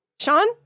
Sean